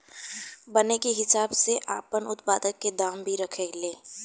बने के हिसाब से आपन उत्पाद के दाम भी रखे ले